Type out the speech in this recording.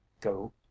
go